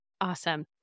Awesome